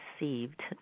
received